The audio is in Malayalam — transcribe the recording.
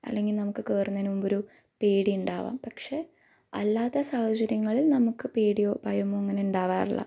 അല്ലെങ്കിൽ നമുക്ക് കയറുന്നതിന് മുമ്പൊരു പേടി ഉണ്ടാകാം പക്ഷെ അല്ലാത്ത സാഹചര്യങ്ങളില് നമുക്ക് പേടിയോ ഭയമോ അങ്ങനെ ഉണ്ടാകാറില്ല